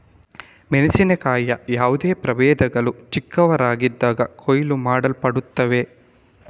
ಮೆಣಸಿನಕಾಯಿಯ ಯಾವುದೇ ಪ್ರಭೇದಗಳು ಚಿಕ್ಕವರಾಗಿದ್ದಾಗ ಕೊಯ್ಲು ಮಾಡಲ್ಪಡುತ್ತವೆ